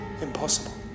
Impossible